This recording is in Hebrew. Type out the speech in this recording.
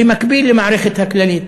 במקביל למערכת הכללית.